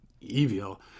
evil